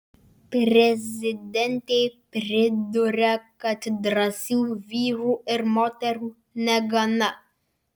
prezidentė priduria kad drąsių vyrų ir moterų negana